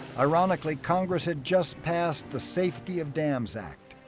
ironically congress had just passed the safety of dams act,